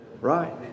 Right